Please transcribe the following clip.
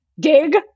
gig